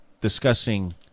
discussing